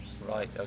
Right